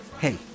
hey